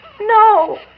No